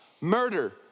murder